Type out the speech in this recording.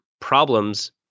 problems